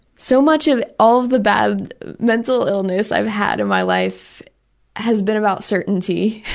so much of all the bad mental illness i've had in my life has been about certainty.